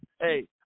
Hey